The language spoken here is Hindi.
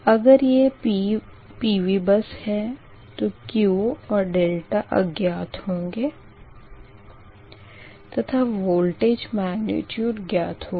अगर ये PV बस है तो Q और δ अज्ञात होंगे तथा वोल्टेज मैग्निट्यूड ज्ञात होगा